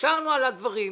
התפשרנו על הדברים,